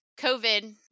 COVID